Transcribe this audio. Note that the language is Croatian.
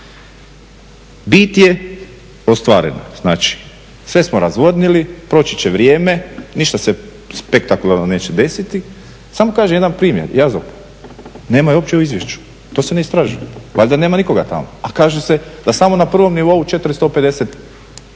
Bit je ostvarena, znači sve smo razvodnili, proći će vrijeme, ništa se spektakularno neće desiti, samo kažem jedan primjer. … nema je uopće u izvješću, to se ne istražuje. Valjda nema nikoga tamo, a kaže se da samo na prvom nivou 450